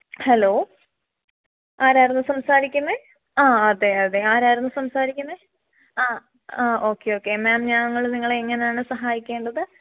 hello ആരായിരുന്നു സംസാരിക്കുന്നത് ആ അതെ അതെ ആരായിരുന്നു സംസാരിക്കുന്നത് ആ ആ ഓക്കെ ഓക്കെ മാം ഞങ്ങൾ നിങ്ങളെ എങ്ങനെയാണ് സഹായിക്കേണ്ടത്